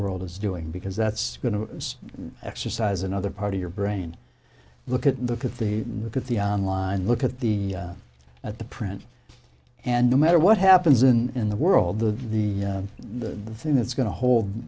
world is doing because that's going to exercise another part of your brain look at look at the look at the on line look at the at the print and the matter what happens in the world the the the thing that's going to hold